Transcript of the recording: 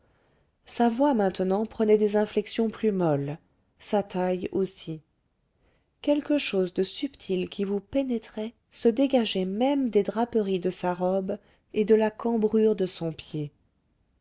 sa voix maintenant prenait des inflexions plus molles sa taille aussi quelque chose de subtil qui vous pénétrait se dégageait même des draperies de sa robe et de la cambrure de son pied